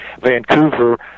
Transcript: vancouver